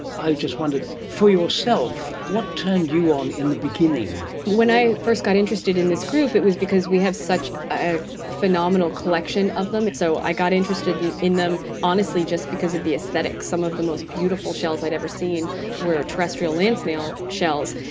i just wondered, for yourself, what turned you on in the beginning? when i first got interested in this group it was because we have such a phenomenal collection of them. so i got interested in in them honestly just because of the aesthetics. some of the most beautiful shells i've ever seen were terrestrial land snail shells.